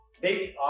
Big